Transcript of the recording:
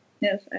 Yes